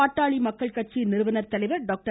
பாட்டாளி மக்கள் கட்சியின் நிறுவனர் தலைவர் டாக்டர்